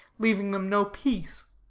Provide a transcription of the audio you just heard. leaving them no peace.